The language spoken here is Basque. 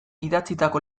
idatzitako